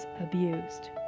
abused